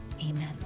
Amen